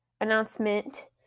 announcement